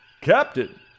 Captain